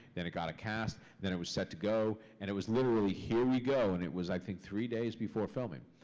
then it got a cast, then it was set to go, and it was literally, here we go. and it was, i think, three days before filming.